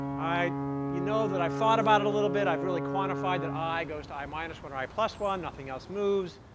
you know that i've thought about it a little bit. i've really quantified that i goes to i minus one or i plus one. nothing else moves.